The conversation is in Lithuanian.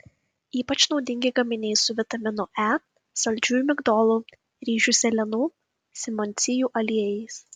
ypač naudingi gaminiai su vitaminu e saldžiųjų migdolų ryžių sėlenų simondsijų aliejais